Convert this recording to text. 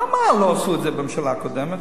למה לא עשו את זה בממשלה הקודמת?